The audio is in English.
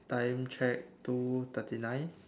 time check two thirty nine